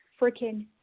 freaking